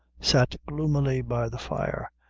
sat gloomily by the fire,